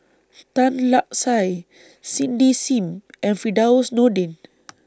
Tan Lark Sye Cindy SIM and Firdaus Nordin